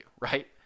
right